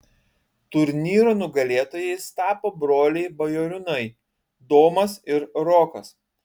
turnyro nugalėtojais tapo broliai bajoriūnai domas ir rokas